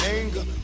anger